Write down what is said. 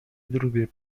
drugiej